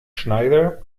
schneider